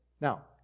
Now